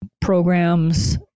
programs